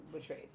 betrayed